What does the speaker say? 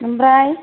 ओमफ्राय